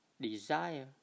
desire